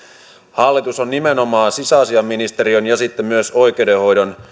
hallitus on nimenomaan sisäasiainministeriön ja sitten myös oikeudenhoidon